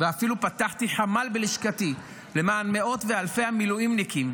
ואפילו פתחתי חמ"ל בלשכתי למען מאות ואלפי מילואימניקים,